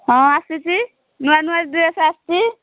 ହଁ ଆସିଛି ନୂଆ ନୂଆ ଡ୍ରେସ୍ ଆସିଛି